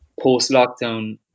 post-lockdown